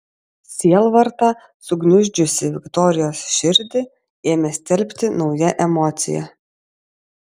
sielvartą sugniuždžiusį viktorijos širdį ėmė stelbti nauja emocija